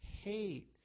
hate